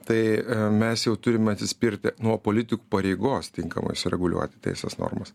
tai mes jau turime atsispirti nuo politikų pareigos tinkamai sureguliuoti teisės normas